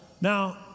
Now